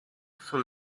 full